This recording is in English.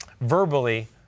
verbally